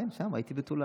כן, שם, הייתי בתולאל.